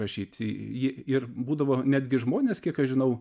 rašyti jį ir būdavo netgi žmonės kiek aš žinau